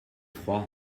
froid